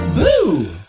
boo!